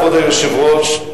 כבוד היושב-ראש,